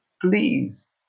Please